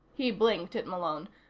he blinked at malone.